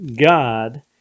God